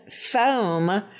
foam